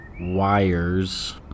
wires